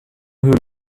höhle